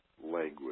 language